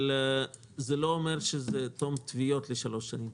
אבל זה לא אומר שזה תום תביעות לשלוש שנים.